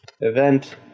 event